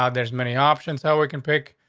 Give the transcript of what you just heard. um there's many options how we can pick.